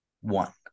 One